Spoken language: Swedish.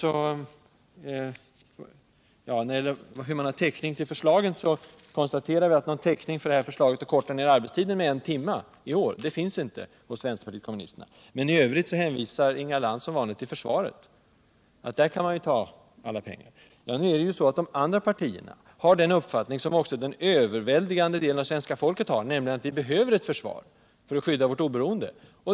När det gäller hur man har täckning för förslagen, konstaterar jag att någon täckning för förslaget om att korta ner arbetstiden med en timme i år inte finns hos vänsterpartiet kommunisterna. Inga Lantz hänvisar som vanligt till försvaret och menar att där kan man ta alla pengar. Men de andra partierna har den uppfattning, som också större delen av svenska folket har, nämligen att vi behöver ett försvar för att skydda vårt oberoende.